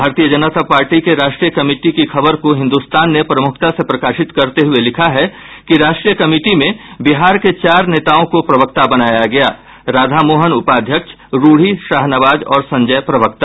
भारतीय जनता पार्टी के राष्ट्रीय कमिटी की खबर को हिन्दुस्तान ने प्रमुखता से प्रकाशित करते हुये लिखा है राष्ट्रीय कमिटी में बिहार के चार नेताओं को प्रवक्ता बनाया गया राधामोहन उपाध्यक्ष रूढ़ी शाहनवाज और संजय प्रवक्ता